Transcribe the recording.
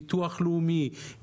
הביטוח הלאומי,